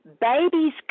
Babies